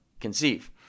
conceive